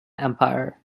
empire